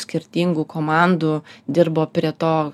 skirtingų komandų dirbo prie to